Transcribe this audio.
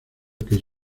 que